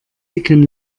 dicken